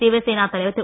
சிவசேனா தலைவர் திரு